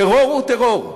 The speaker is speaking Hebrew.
טרור הוא טרור.